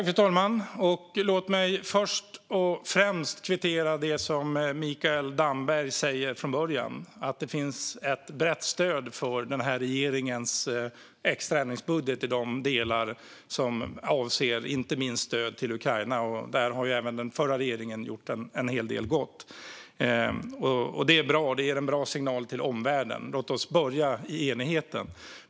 Fru talman! Låt mig först och främst kvittera det som Mikael Damberg sa i början: att det finns ett brett stöd för regeringens extra ändringsbudget, inte minst i de delar som avser stöd till Ukraina. Där har även den förra regeringen gjort en hel del gott. Det är bra. Det ger en bra signal till omvärlden. Låt oss börja i enigheten.